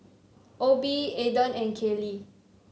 Obie Ayden and Kayley